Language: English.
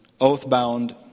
oath-bound